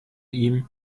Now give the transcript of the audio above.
ihm